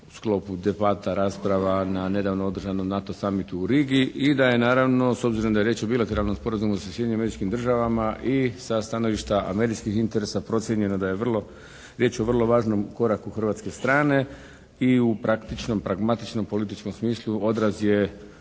u sklopu debata, rasprava na nedavno održanom NATO summitu u Rigi i da je naravno s obzirom da je riječ o bilateralnom sporazumu sa Sjedinjenim Američkih Državama i stanovišta američkih interesa procijenjeno da je vrlo, riječ o vrlo važnom koraku hrvatske strane. I u praktičkom, pragmatičnom političkom smislu odraz je